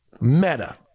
Meta